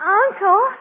uncle